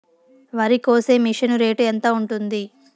వరికోసే machine rate ఎంత ఉంటుంది?